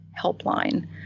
helpline